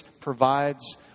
provides